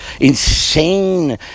Insane